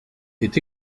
est